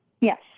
Yes